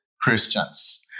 Christians